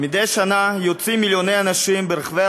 מדי שנה יוצאים מיליוני אנשים ברחבי